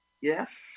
Yes